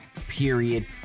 period